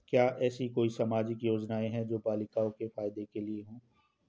क्या ऐसी कोई सामाजिक योजनाएँ हैं जो बालिकाओं के फ़ायदे के लिए हों?